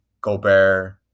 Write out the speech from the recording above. Gobert